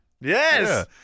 Yes